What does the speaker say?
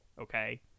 Okay